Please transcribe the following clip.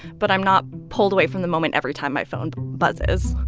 but i'm not pulled away from the moment every time my phone buzzes